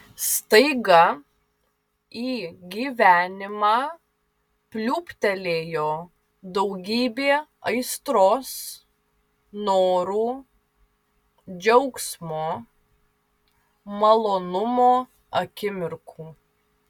staiga į gyvenimą pliūptelėjo daugybė aistros norų džiaugsmo malonumo akimirkų